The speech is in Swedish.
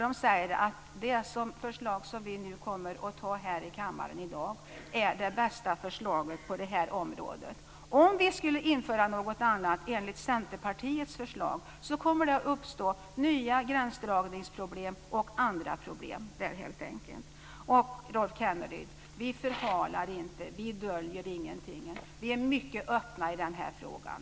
Den säger att det förslag som vi kommer att anta här i kammaren i dag är det bästa förslaget på området. Om vi skulle införa något annat, enligt Centerpartiets förslag, kommer det helt enkelt att uppstå nya gränsdragningsproblem och andra problem. Vi förhalar inte och vi döljer ingenting, Rolf Kenneryd. Vi är mycket öppna i den här frågan.